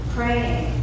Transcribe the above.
Praying